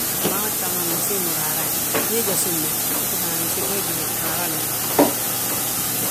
Mbaaŋa ta ma win gi siim mo raaraaye, ndu ujasim mo, we fe ana win gisiim, wee gí raaraa wi ma.